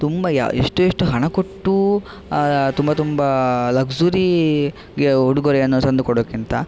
ತುಂಬ ಯಾ ಎಷ್ಟು ಎಷ್ಟು ಹಣ ಕೊಟ್ಟು ತುಂಬ ತುಂಬ ಲಕ್ಸುರಿಗೆ ಉಡುಗೊರೆಯನ್ನು ತಂದು ಕೊಡೊಕ್ಕಿಂತ